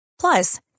Plus